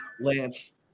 Lance